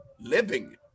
living